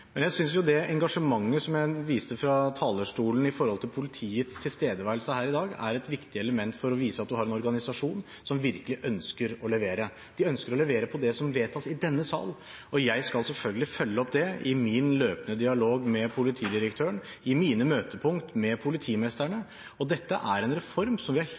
men jeg synes jo det engasjementet som jeg viste fra talerstolen med hensyn til politiets tilstedeværelse her i dag, er et viktig element for å vise at en har en organisasjon som virkelig ønsker å levere. De ønsker å levere på det som vedtas i denne salen, og jeg skal selvfølgelig følge opp det i min løpende dialog med politidirektøren, i mine møtepunkt med politimesterne, og dette er en reform som vi